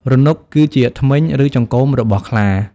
រនុកគឺជាធ្មេញ ឬចង្កូមរបស់ខ្លា។